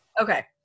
Okay